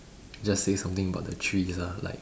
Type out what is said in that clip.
just say something about the trees ah like